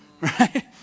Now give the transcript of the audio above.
Right